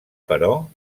però